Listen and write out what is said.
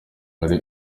wari